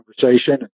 conversation